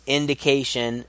indication